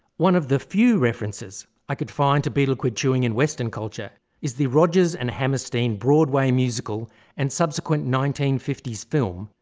one of the few references i could find to betel quid chewing in western culture is the rodgers and hammerstein broadway musical and subsequent nineteen fifty s film,